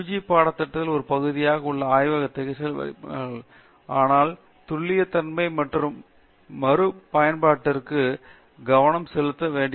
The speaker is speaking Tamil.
பாடத்திட்டத்தின் ஒரு பகுதியாக உள்ள ஆய்வக வகுப்புகளுக்கு அறிமுகப்படுத்தப்படுகின்றனர் ஆனால் துல்லியத்தன்மை மற்றும் மறுபயன்பாட்டிற்கும் கவனம் செலுத்த வேண்டியதில்லை